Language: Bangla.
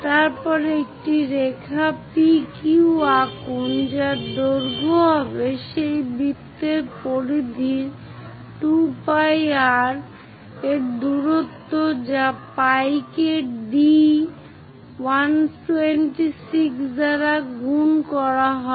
তারপর একটি রেখা PQ আঁকুন যার দৈর্ঘ্য হবে সেই বৃত্তের পরিধি 2 pi r এর দূরত্ব যা pi কে d 126 mm দ্বারা গুণ করা হবে